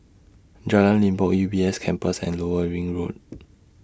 Jalan Limbok U B S Campus and Lower Ring Road